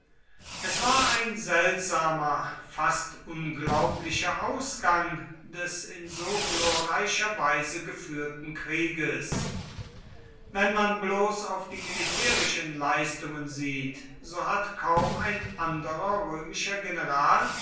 es war ein seltsamer fast unglaublicher ausgang des in so glorreicher weise geführten krieges wenn man bloß auf die militärischen leistungen sieht so hat kaum ein anderer römischer general